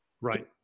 Right